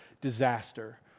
disaster